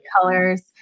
colors